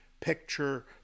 picture